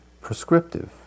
prescriptive